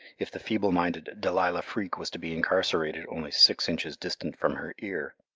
if the feeble-minded delilah freak was to be incarcerated only six inches distant from her ear.